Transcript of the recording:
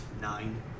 Nine